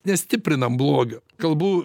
nestiprinam blogio kalbu